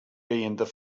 fiber